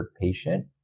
patient